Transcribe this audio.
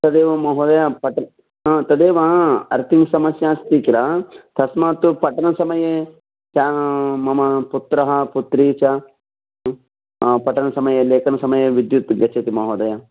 तदेव महोदय पट हा तदेव अर्तिङ् समस्या अस्ति किल तस्मात्तु पठनसमये सा मम पुत्रः पुत्री च पठनसमये लेखनसमये विद्युत् गच्छति महोदय